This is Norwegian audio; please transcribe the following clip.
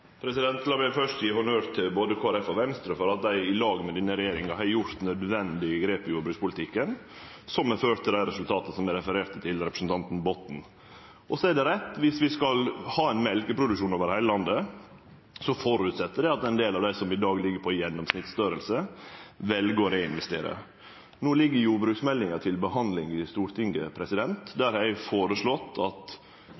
meg først gje honnør til både Kristeleg Folkeparti og Venstre for at dei i lag med denne regjeringa har gjort nødvendige grep i jordbrukspolitikken som har ført til dei resultata som eg refererte for representanten Botten. Så er det rett at dersom vi skal ha ein melkeproduksjon over heile landet, føreset det at ein del av dei som i dag ligg på ein gjennomsnittsstorleik, vel å reinvestere. No ligg jordbruksmeldinga til behandling i Stortinget.